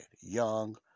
Young